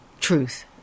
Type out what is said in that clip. truth